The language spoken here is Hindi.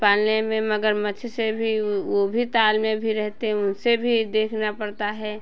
पालने में मगरमच्छ से भी वाे वो भी ताल में भी रहते उनसे भी देखना पड़ता है